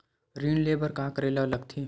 ऋण ले बर का करे ला लगथे?